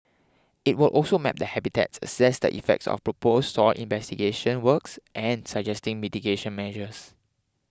it will also map the habitats assess the effects of proposed soil investigation works and suggesting mitigating measures